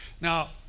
Now